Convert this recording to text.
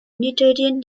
unitarian